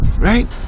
right